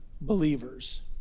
believers